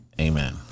Amen